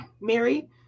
Mary